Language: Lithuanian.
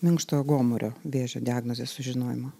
minkštojo gomurio vėžio diagnozės sužinojimo